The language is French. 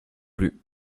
plus